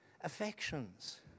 affections